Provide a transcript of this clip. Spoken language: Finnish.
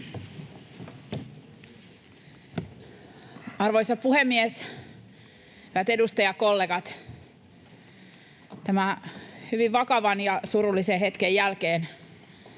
Arvoisa puhemies! Hyvät edustajakollegat! Tämän hyvin vakavan ja surullisen hetken jälkeen